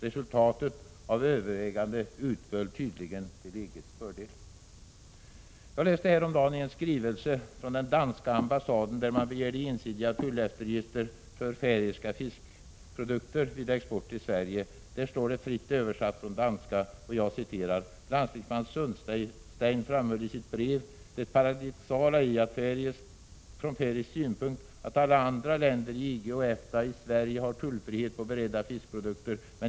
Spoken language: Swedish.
Resultatet av övervägandet utföll tydligen till s fördel. Jag läste häromdagen en skrivelse från den danska ambassaden där man begär ensidiga tulleftergifter för färöiska fiskprodukter vid export till Sverige. Där står det, fritt översatt från danska: Landstingsman Sundstein framhöll i sitt brev det från färöisk synpunkt paradoxala i att alla andra länder i EG och EFTA i Sverige har tullfrihet på beredda fiskprodukter.